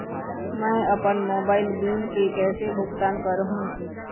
मैं अपन mobile bill के कैसे भुगतान कर हूं?